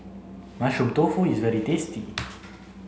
mushroom tofu is very tasty